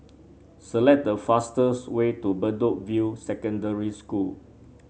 select the fastest way to Bedok View Secondary School